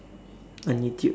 on YouTube